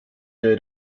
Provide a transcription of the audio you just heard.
der